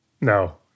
No